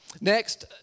Next